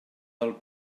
del